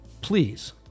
please